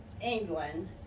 England